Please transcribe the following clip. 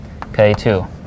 k2